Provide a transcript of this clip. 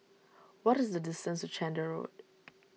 what is the distance to Chander Road